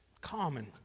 common